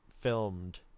filmed